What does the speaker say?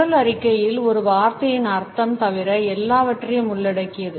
குரல் அறிக்கையில் ஒரு வார்த்தையின் அர்த்தம் தவிர எல்லாவற்றையும் உள்ளடக்கியது